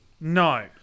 No